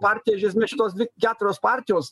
partija iš esmės šitos keturios partijos